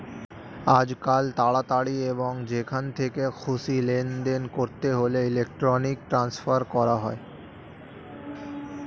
আজকাল তাড়াতাড়ি এবং যেখান থেকে খুশি লেনদেন করতে হলে ইলেক্ট্রনিক ট্রান্সফার করা হয়